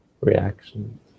reactions